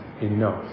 enough